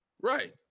Right